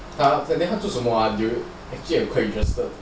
actually 他做什么 ah I quite interested